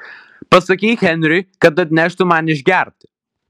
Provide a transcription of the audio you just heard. pasakyk henriui kad atneštų man išgerti